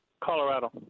Colorado